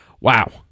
Wow